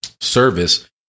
service